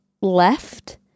left